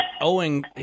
owing